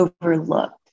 overlooked